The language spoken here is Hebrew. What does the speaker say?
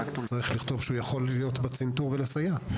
צריך לכתוב שהוא יכול להיות בצנתור ולסייע.